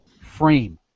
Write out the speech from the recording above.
frame